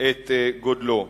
את גודלו.